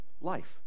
Life